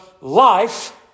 life